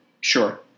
sure